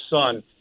son